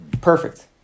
Perfect